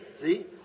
See